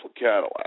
Cadillac